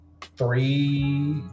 three